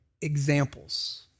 examples